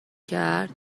کرد